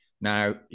Now